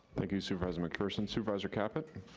thank you, supervisor mcpherson. supervisor caput?